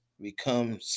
become